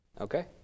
Okay